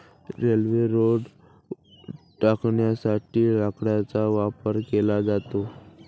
railway रुळ टाकण्यासाठी लाकडाचा वापर केला जातो